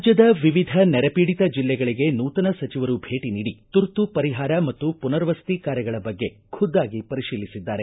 ರಾಜ್ಯದ ವಿವಿಧ ನೆರೆ ಪೀಡಿತ ಜಿಲ್ಲೆಗಳಿಗೆ ನೂತನ ಸಚಿವರು ಭೇಟ ನೀಡಿ ತುರ್ತು ಪರಿಹಾರ ಮತ್ತು ಪುನರ್ವಸತಿ ಕಾರ್ಯಗಳ ಬಗ್ಗೆ ಖುದ್ದಾಗಿ ಪರಿಶೀಲಿಸಿದ್ದಾರೆ